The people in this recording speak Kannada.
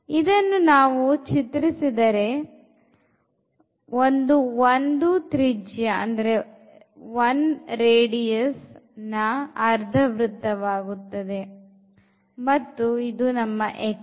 ಇದನ್ನು ನಾವು ಚಿತ್ರಿಸಿದರೆ ಇದು ಒಂದು 1 ತ್ರಿಜ್ಯದ ಅರ್ಧ ವೃತ್ತವಾಗುತ್ತದೆ ಮತ್ತು ಇದು x axis